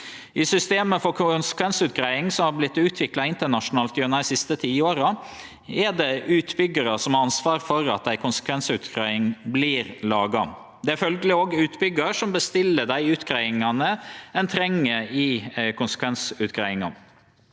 i systemet for konsekvensutgreiing, som har vorte utvikla internasjonalt gjennom dei siste tiåra, er det utbyggjar som har ansvaret for at ei konsekvensutgreiing vert laga. Det er følgeleg òg utbyggjar som bestiller dei utgreiingane ein treng i konsekvensutgreiinga.